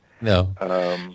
No